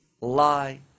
lie